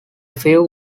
few